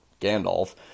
Gandalf